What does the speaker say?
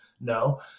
No